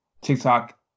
TikTok